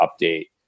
update